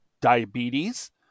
diabetes